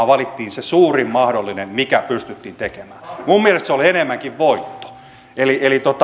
vaan valittiin se suurin mahdollinen mikä pystyttiin tekemään minun mielestäni se oli enemmänkin voitto eli eli